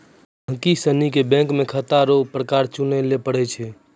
गहिकी सनी के बैंक मे खाता रो प्रकार चुनय लै पड़ै छै